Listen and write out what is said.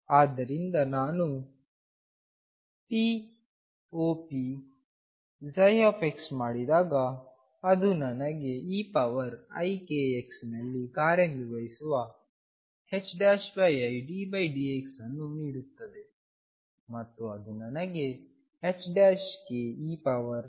ಆದ್ದರಿಂದ ನಾನು popψ ಮಾಡಿದಾಗ ಅದು ನನಗೆ eikx ನಲ್ಲಿ ಕಾರ್ಯನಿರ್ವಹಿಸುವ iddx ಅನ್ನು ನೀಡುತ್ತದೆ ಮತ್ತು ಅದು ನನಗೆ ℏk eikx ಅನ್ನು ನೀಡುತ್ತದೆ